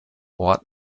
ort